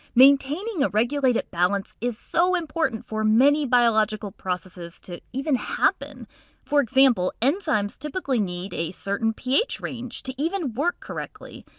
maintaining a regulated balance is so important for many biological processes to even happen for example, enzymes typically need a certain ph range to even work correctly.